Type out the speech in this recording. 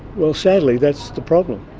well, sadly, that's the problem.